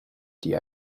die